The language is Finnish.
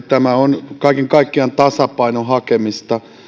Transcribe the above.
tämä on kaiken kaikkiaan tasapainon hakemista